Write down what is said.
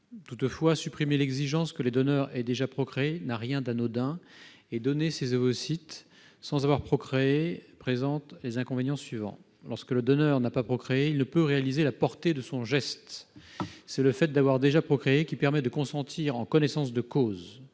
en 2011. Supprimer l'exigence que les donneurs aient déjà procréé n'a rien d'anodin et donner ses ovocytes sans avoir procréé présente certains inconvénients. Tout d'abord, lorsque le donneur n'a pas procréé, il ne peut réaliser la portée de son geste. C'est le fait d'avoir déjà procréé qui permet de consentir en connaissance de cause.